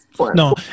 No